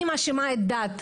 אני מאשימה את הדת.